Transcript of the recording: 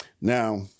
Now